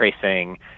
tracing